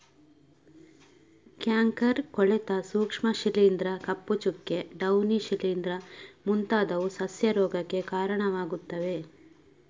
canker, ಕೊಳೆತ ಸೂಕ್ಷ್ಮ ಶಿಲೀಂಧ್ರ, ಕಪ್ಪು ಚುಕ್ಕೆ, ಡೌನಿ ಶಿಲೀಂಧ್ರ ಮುಂತಾದವು ಸಸ್ಯ ರೋಗಕ್ಕೆ ಕಾರಣವಾಗುತ್ತವೆ